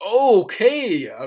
Okay